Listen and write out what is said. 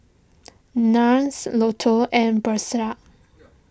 Nars Lotto and